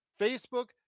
Facebook